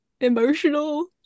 emotional